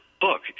book